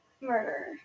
Murder